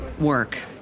work